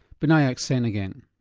binayak sen again.